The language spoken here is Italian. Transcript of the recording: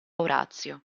orazio